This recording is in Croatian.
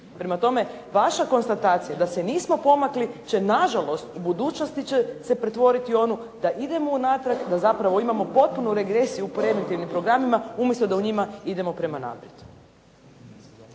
Prema tome vaša konstatacija da se nismo pomakli će nažalost u budućnosti će se pretvoriti u onu da idemo unatrag, da zapravo imamo potpunu regresiju u preventivnim programima umjesto da u njima idemo prema naprijed.